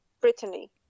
Brittany